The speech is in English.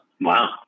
wow